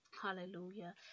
Hallelujah